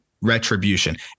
retribution